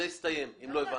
זה הסתיים, אם לא הבנת.